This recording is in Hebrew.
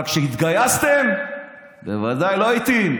אבל כשהתגייסתם, בוודאי, לא התאים.